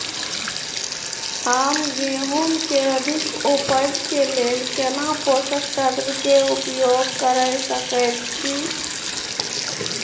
हम गेहूं के अधिक उपज के लेल केना पोषक तत्व के उपयोग करय सकेत छी?